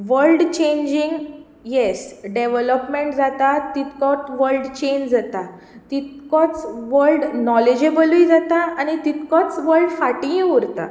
world changing येस development जाता तितको वल्ड चेंज जाता तितकोच वल्ड नाॅलेजेबलूय जाता आनी तितकोच वल्ड फाटींय उरता